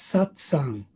Satsang